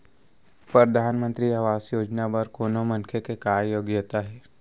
परधानमंतरी आवास योजना बर कोनो मनखे के का योग्यता हे?